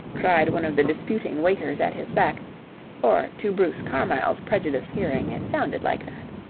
cried one of the disputing waiters at his back or to bruce carmyle's prejudiced hearing it sounded like that.